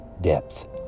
depth